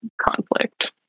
conflict